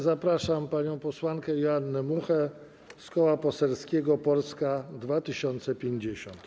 Zapraszam panią posłankę Joannę Muchę z Koła Poselskiego Polska 2050.